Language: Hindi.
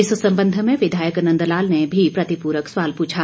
इस सम्बंध में विधायक नंदलाल ने भी प्रतिपूरक सवाल पूछा